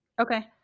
Okay